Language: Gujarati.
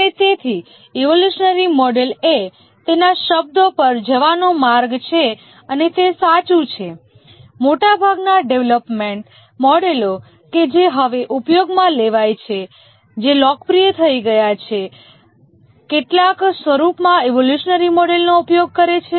અને તેથી ઈવોલ્યુશનરી મોડેલ એ તેના શબ્દો પર જવાનો માર્ગ છે અને તે સાચું છે મોટાભાગના ડેવલપમેન્ટ મોડેલો કે જે હવે ઉપયોગમાં લેવાય છે જે લોકપ્રિય થઈ ગયા છે કેટલાક સ્વરૂપમાં ઈવોલ્યુશનરી મોડેલનો ઉપયોગ કરે છે